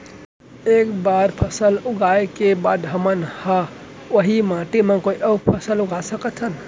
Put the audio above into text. एक बार फसल उगाए के बाद का हमन ह, उही माटी मा कोई अऊ फसल उगा सकथन?